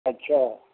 ਅੱਛਾ